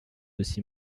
aussi